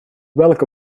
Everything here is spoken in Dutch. welke